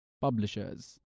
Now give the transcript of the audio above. Publishers